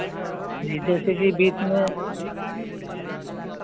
जी जैसे कि बीच में